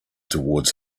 towards